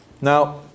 Now